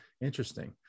Interesting